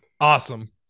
awesome